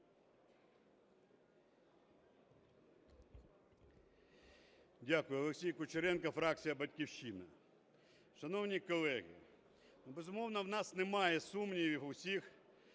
Дякую. Олексій Кучеренко, фракція "Батьківщина". Шановні колеги, безумовно, у нас немає сумнівів у всіх,